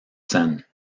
seine